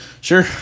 Sure